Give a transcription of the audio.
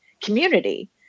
community